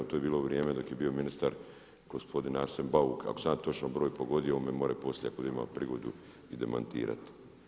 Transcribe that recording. To je bilo u vrijeme dok je bio ministar gospodin Arsen Bauk, ako sam ja točno broj pogodio, on me može poslije ako ima prigodu i demantirati.